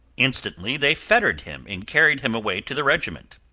instantly they fettered him, and carried him away to the regiment.